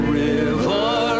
river